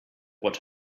what